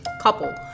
couple